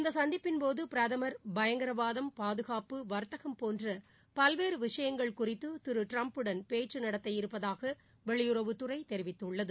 இந்த சந்திப்பின்போது பிரதமா் பயங்கரவாதம் பாதுகாப்பு வாத்தகம் போன்ற பல்வேறு விஷயங்கள் குறித்து திரு ட்ரம்புடன் பேச்சு நடத்த இருப்பதாக வெளியுறவுத்துறை தெரிவித்துள்ளது